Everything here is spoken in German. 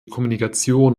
kommunikation